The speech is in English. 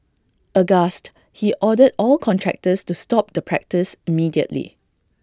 aghast he ordered all contractors to stop the practice immediately